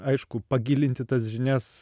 aišku pagilinti tas žinias